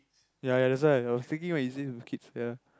ya ya that's why I was thinking when you say with kids ya